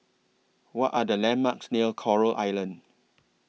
What Are The landmarks near Coral Island